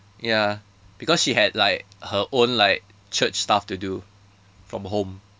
ya because she had like her own like church stuff to do from home